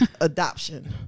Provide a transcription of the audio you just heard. Adoption